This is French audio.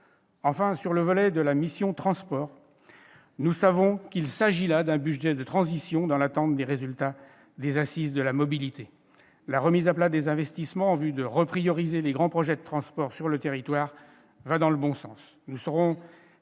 transports » de la mission, nous savons qu'il s'agit là d'un budget de transition, dans l'attente des résultats des assises de la mobilité. La remise à plat des investissements destinée à reprioriser les grands projets de transports sur le territoire va dans le bon sens.